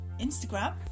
Instagram